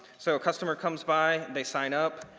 so a customer comes by, they sign up,